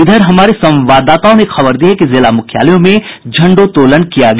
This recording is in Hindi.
इधर हमारे संवाददाताओं ने खबर दी है कि जिला मुख्यालयों में झंडोतोलन किया गया